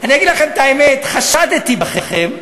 אגיד לכם את האמת, חשדתי בכם,